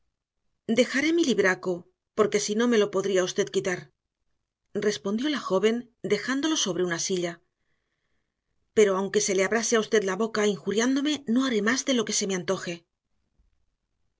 dejaré mi libraco porque si no me lo podría usted quitar respondió la joven dejándolo sobre una silla pero aunque se le abrase a usted la boca injuriándome no haré más que lo que se me antoje